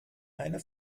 eine